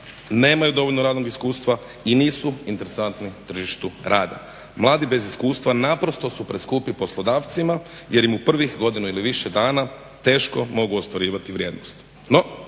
nemaju dovoljno radnog iskustva i nisu interesantni tržištu rada. Mladi bez iskustva naprosto su preskupi poslodavcima jer im u prvih godinu ili više dana teško mogu ostvarivati vrijednost.